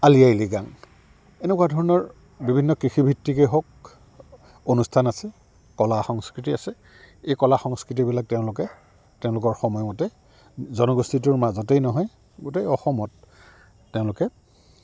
আলি আইলিগাং এনেকুৱা ধৰণৰ বিভিন্ন কৃষিভিত্তিকেই হওক অনুষ্ঠান আছে কলা সংস্কৃতি আছে এই কলা সংস্কৃতিবিলাক তেওঁলোকে তেওঁলোকৰ সময়মতে জনগোষ্ঠীটোৰ মাজতেই নহয় গোটেই অসমত তেওঁলোকে